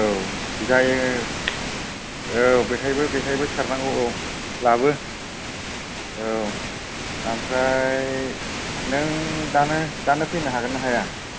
औ जायो औ बेवहायबो बैवहायबो सारनांगौ औ लाबो औ आमफ्राय नों दानो दानो फैनो हायोना हाया